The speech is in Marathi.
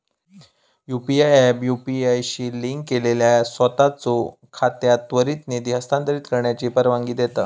यू.पी.आय ऍप यू.पी.आय शी लिंक केलेल्या सोताचो खात्यात त्वरित निधी हस्तांतरित करण्याची परवानगी देता